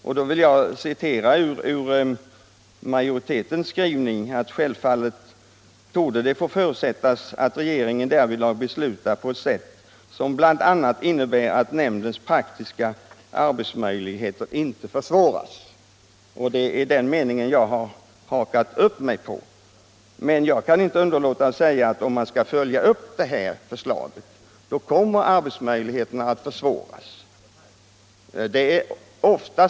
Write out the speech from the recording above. Jag vill citera ur majoritetens skrivning: ”Självfallet torde det få förutsättas att regeringen därvidlag beslutar på ett sätt som bl.a. innebär att nämndens praktiska arbetsmöjligheter inte försvåras.” Det är den meningen jag har hakat upp min ståndpunkt på. Jag kan inte underlåta att säga att om man skall följa upp det här förslaget kommer arbetsmöjligheterna att försvåras.